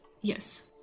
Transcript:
yes